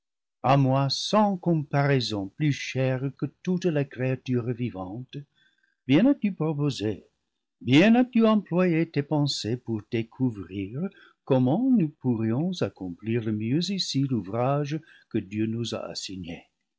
à moi sans comparaison plus chère que toutes les créatures vivantes bien as-tu pro posé bien as-tu employé tes pensées pour découvrir comment nous pourrions accomplir le mieux ici l'ouvrage que dieu nous a assigné